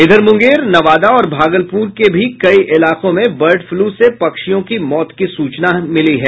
इधर मुंगेर नवादा और भागलपुर के भी कई इलाकों में बर्ड फ्लू से पक्षियों की मौत की सूचना मिली है